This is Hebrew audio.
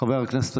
חבר הכנסת